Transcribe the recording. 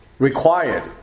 Required